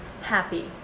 happy